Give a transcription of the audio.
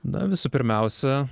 na visų pirmiausia